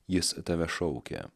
jis tave šaukia